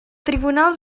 tribunal